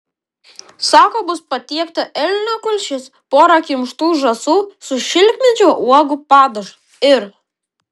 sako bus patiekta elnio kulšis pora kimštų žąsų su šilkmedžio uogų padažu ir